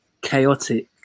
chaotic